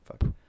fuck